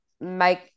make